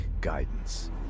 guidance